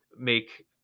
make